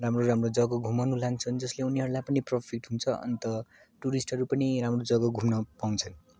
राम्रो राम्रो जग्गा घुमाउन लान्छन् जसले उनीहरूलाई पनि प्रफिट हुन्छ अन्त टुरिस्टहरू पनि राम्रो जग्गा घुम्न पाउँछन्